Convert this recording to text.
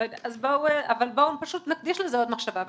אז בואו פשוט נקדיש לזה עוד מחשבה.